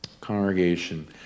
Congregation